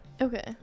Okay